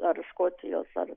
ar škotijos ar